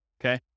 Okay